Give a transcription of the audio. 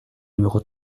numéro